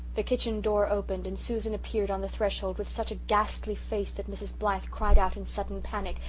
the kitchen door opened and susan appeared on the threshold with such a ghastly face that mrs. blythe cried out in sudden panic.